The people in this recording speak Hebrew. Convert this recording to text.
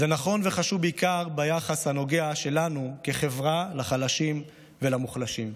זה נכון וחשוב בעיקר ביחס שלנו כחברה לחלשים ולמוחלשים.